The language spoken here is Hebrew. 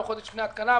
לא חודש לפני ההתקנה.